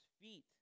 feet